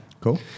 cool